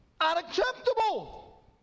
unacceptable